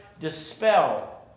dispel